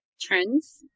trends